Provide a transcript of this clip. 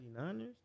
49ers